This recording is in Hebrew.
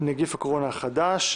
נגיף הקורונה החדש),